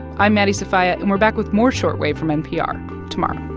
i'm maddie sofia, and we're back with more short wave from npr tomorrow